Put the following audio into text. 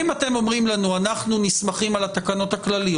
היה כאן תהליך מאוד ארוך שגם משרד